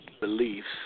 beliefs